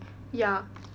ya